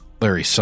Larry